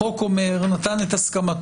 החוק אומר 'נתן את הסכמתו',